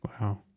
Wow